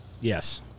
Yes